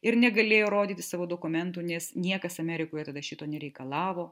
ir negalėjo rodyti savo dokumentų nes niekas amerikoje tada šito nereikalavo